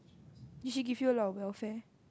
did she give you a lot of welfare